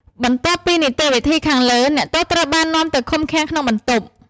បន្ទាប់ពីនីតិវិធីខាងលើ អ្នកទោសត្រូវបាននាំទៅឃុំឃាំងក្នុងបន្ទប់។